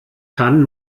kann